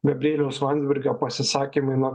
gabrieliaus landsbergio pasisakymai na